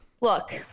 Look